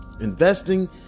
Investing